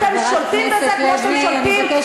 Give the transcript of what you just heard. אתם שולטים בזה כמו שאתם שולטים בברז.